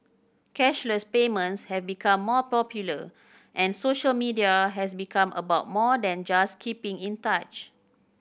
cashless payments have become more popular and social media has become about more than just keeping in touch